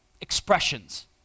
expressions